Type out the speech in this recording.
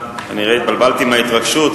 כנראה התבלבלתי מהתרגשות,